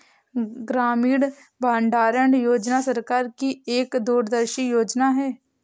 ग्रामीण भंडारण योजना सरकार की एक दूरदर्शी योजना है